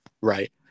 Right